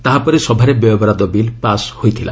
ତାହାପରେ ସଭାରେ ବ୍ୟୟ ବରାଦ ବିଲ୍ ପାସ୍ ହୋଇଥିଲା